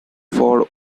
for